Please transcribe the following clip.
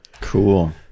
cool